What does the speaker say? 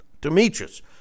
Demetrius